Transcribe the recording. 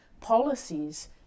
policies